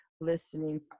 listening